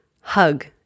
hug